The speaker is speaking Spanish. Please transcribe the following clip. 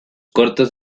cortos